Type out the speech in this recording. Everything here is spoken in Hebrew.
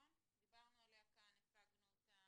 דיברנו עליה כאן והצגנו אותה.